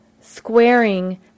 squaring